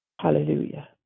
Hallelujah